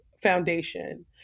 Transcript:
foundation